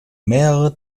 mehrere